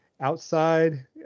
outside